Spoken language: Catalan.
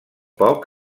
poc